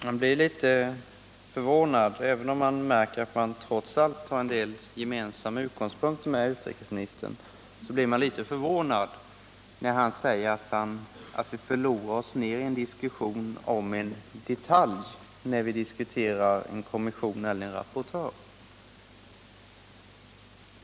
Herr talman! Även om man märker att man trots allt har en del utgångspunkter gemensamma med utrikesministern blir man litet förvånad, då utrikesministern säger att vi förlorar oss i en diskussion om en detalj, när vi diskuterar kommission eller rapportör.